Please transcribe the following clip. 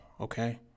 okay